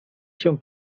się